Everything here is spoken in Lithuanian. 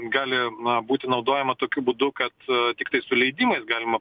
gali būti naudojama tokiu būdu kad tiktai su leidimais galima